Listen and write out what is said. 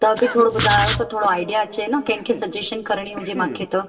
त बि थोरो ॿुधायो त थोरो आइडीआ अचे न कंहिं खें सज़ेशन करणी हुजे मूंखे त